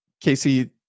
Casey